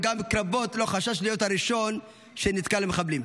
וגם בקרבות לא חשש להיות הראשון שנתקל במחבלים.